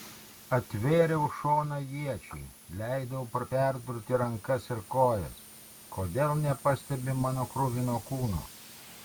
atvėriau šoną iečiai leidau perdurti rankas ir kojas kodėl nepastebi mano kruvino kūno